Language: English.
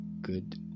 good